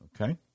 Okay